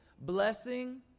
Blessing